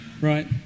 Right